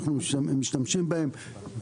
אנחנו משתמשים בהם.